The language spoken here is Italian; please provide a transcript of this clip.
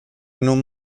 non